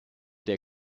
der